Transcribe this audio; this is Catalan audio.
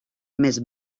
més